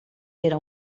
era